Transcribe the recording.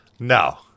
No